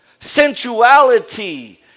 sensuality